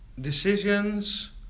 decisions